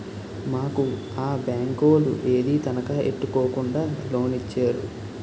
మాకు ఆ బేంకోలు ఏదీ తనఖా ఎట్టుకోకుండా లోనిచ్చేరు